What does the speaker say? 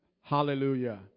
Hallelujah